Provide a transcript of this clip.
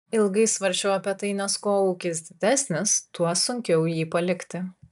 ilgai svarsčiau apie tai nes kuo ūkis didesnis tuo sunkiau jį palikti